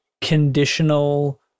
conditional